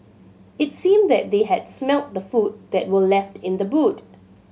it seemed that they had smelt the food that were left in the boot